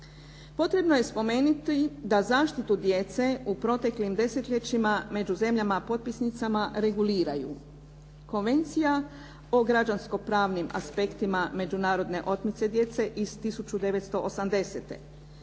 Potrebno je spomenuti da zaštitu djece u proteklim desetljećima među zemljama potpisnicama reguliraju Konvencija o građansko-pravnim aspektima međunarodne otmice djece iz 1980.,